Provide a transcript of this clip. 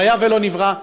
לא היה ולא נברא.